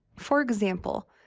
for example,